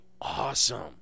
awesome